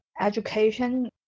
education